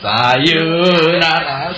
Sayonara